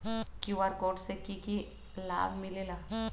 QR code से कि कि लाव मिलेला?